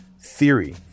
theory